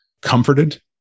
comforted